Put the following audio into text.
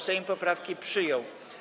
Sejm poprawki przyjął.